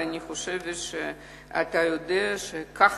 ואני חושבת שאתה יודע שכך